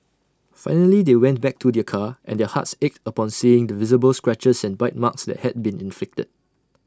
finally they went back to their car and their hearts ached upon seeing the visible scratches and bite marks that had been inflicted